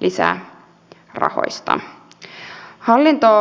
liikaa pienyrittäjiä